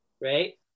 right